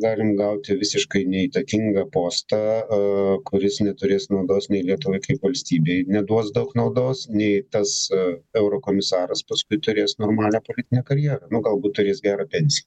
galim gauti visiškai neįtakingą postą aaa kuris neturės naudos nei lietuvai kaip valstybei neduos daug naudos nei tas eurokomisaras paskui turės normalią politinę karjerą nu galbūt tutės gerą pensiją